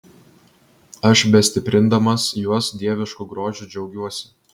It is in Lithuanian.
aš bestiprindamas juos dievišku grožiu džiaugiuosi